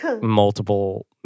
multiple